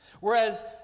Whereas